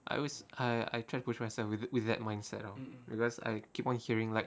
I always I I try push myself with with that mindset because I keep on hearing like